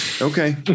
Okay